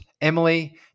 Emily